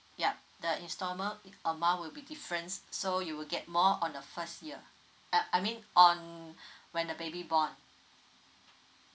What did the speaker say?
yup the installment amount will be different so you will get more on the first year uh I mean on when the baby born